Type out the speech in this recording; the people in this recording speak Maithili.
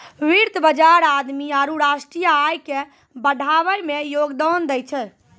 वित्त बजार आदमी आरु राष्ट्रीय आय के बढ़ाबै मे योगदान दै छै